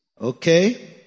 okay